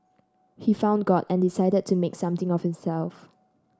he found God and decided to make something of himself